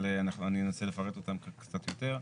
אבל אני אנסה לפרט אותם קצת יותר.